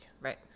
Right